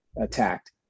attacked